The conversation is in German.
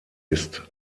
ist